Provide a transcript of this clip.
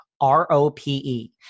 R-O-P-E